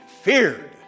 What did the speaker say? feared